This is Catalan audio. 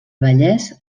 vallès